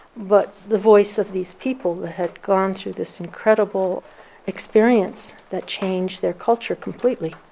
but the voice of these people had gone through this incredible experience that changed their culture completely.